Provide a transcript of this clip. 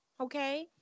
Okay